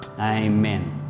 Amen